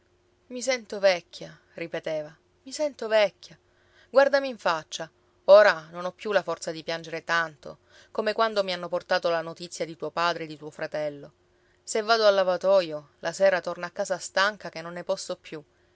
i sento vecchia ripeteva mi sento vecchia guardami in faccia ora non ho più la forza di piangere tanto come quando mi hanno portato la notizia di tuo padre e di tuo fratello se vado al lavatoio la sera torno a casa stanca che non ne posso più